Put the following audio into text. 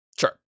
Sure